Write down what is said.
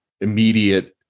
immediate